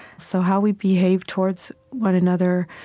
so how we behave towards one another,